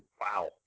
Wow